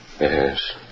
Yes